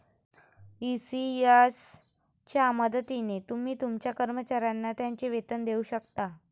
ECS च्या मदतीने तुम्ही तुमच्या कर्मचाऱ्यांना त्यांचे वेतन देऊ शकता